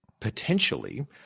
potentially